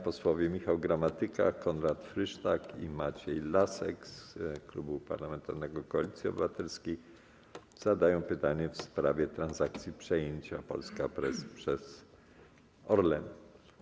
Posłowie Michał Gramatyka, Konrad Frysztak i Maciej Lasek z Klubu Parlamentarnego Koalicja Obywatelska zadają pytanie w sprawie transakcji przejęcia Polska Press przez Orlen.